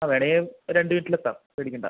ആ വേണമെങ്കിൽ രണ്ട് മിനിറ്റിൽ എത്താം പേടിക്കേണ്ട